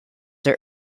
the